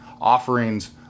offerings